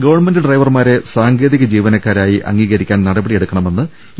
government ഡ്രൈവർമാരെ സാങ്കേതിക ജീവനക്കാ രായി അംഗീകരിക്കാൻ നടപടിയെടുക്കണമെന്ന് ഇ